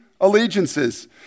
allegiances